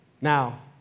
Now